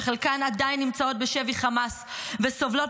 שחלקן עדיין נמצאות בשבי חמאס וסובלות